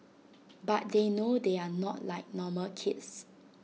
but they know they are not like normal kids